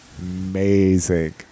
amazing